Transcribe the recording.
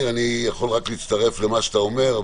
אני יכול רק להצטרף למה שאתה אומר.